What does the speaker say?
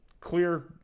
clear